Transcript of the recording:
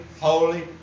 holy